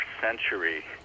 century